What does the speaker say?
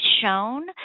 shown